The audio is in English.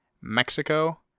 Mexico